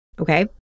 okay